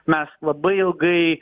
mes labai ilgai